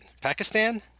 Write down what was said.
Pakistan